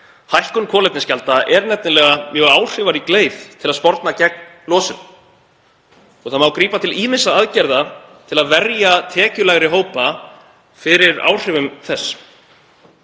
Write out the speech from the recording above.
Hækkun kolefnisgjalda er nefnilega mjög áhrifarík leið til að sporna gegn losun. Grípa má til ýmissa aðgerða til að verja tekjulægri hópa fyrir áhrifum þess.